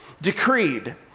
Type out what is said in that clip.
decreed